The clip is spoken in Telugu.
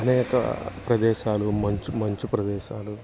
అనేక ప్రదేశాలు మంచు మంచు ప్రదేశాలు